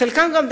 חלקם גם,